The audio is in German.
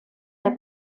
der